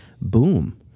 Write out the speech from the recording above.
boom